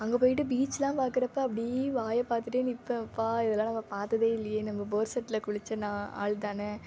அங்கே போயிட்டு பீச்செலாம் பார்க்குறப்ப அப்படி வாயை பார்த்துட்டே நிற்பேன் அப்பா இதெல்லாம் நம்ம பார்த்ததே இல்லையே நம்ம போர் செட்டில் குளித்த நான் ஆள் தானே